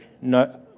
no